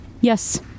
Yes